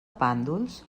pàndols